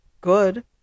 good